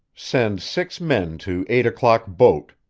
send six men to eight o'clock boat.